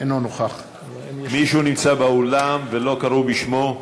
אינו נוכח מישהו נמצא באולם ולא קראו בשמו?